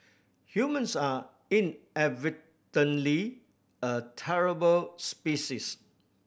humans are inadvertently a terrible species